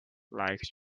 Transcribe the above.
like